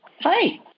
Hi